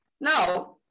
Now